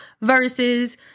versus